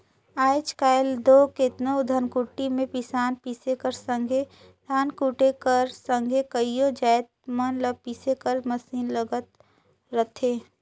आएज काएल दो केतनो धनकुट्टी में पिसान पीसे कर संघे धान कूटे कर संघे कइयो जाएत मन ल पीसे कर मसीन लगल रहथे